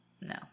no